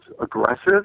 aggressive